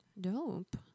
Dope